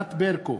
ענת ברקו,